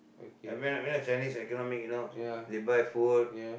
Chinese I cannot make you know they buy food